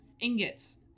ingots